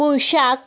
পুঁই শাক